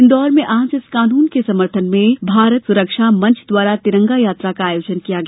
इन्दौर में आज इस कानून के समर्थन में भारत सुरक्षा मंच द्वारा तिरंगा यात्रा का आयोजन किया गया